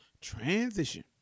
transition